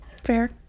Fair